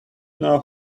know